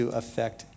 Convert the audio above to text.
affect